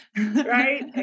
Right